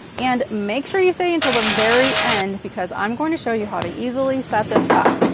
and make sure you stay until the very end, because i'm going to show you how to easily set this up.